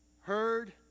heard